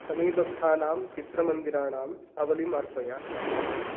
समीपस्थानां चित्रमन्दिराणाम् आवलिम् अर्पय